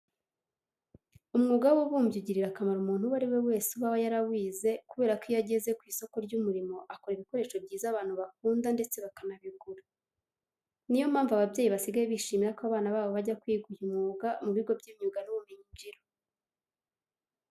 Umwuga w'ububumbyi ugirira akamaro umuntu uwo ari we wese uba yarawize kubera ko iyo ageze ku isoko ry'umurimo akora ibikoresho byiza abantu bakunda ndetse bakanabigura. Niyo mpamvu ababyeyi basigaye bishimira ko abana babo bajya kwiga uyu mwuga mu bigo by'imyuga n'ubumenyingiro.